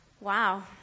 Wow